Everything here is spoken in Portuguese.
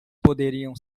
poderiam